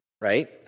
right